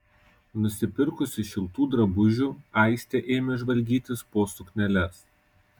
nusipirkusi šiltų drabužių aistė ėmė žvalgytis po sukneles